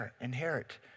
inherit